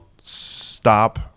stop